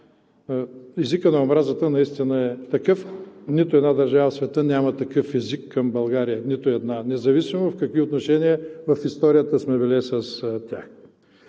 Езикът на омразата наистина е такъв. Нито една държава в света няма такъв език към България – нито една, независимо в какви отношения в историята сме били с тях.